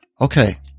Okay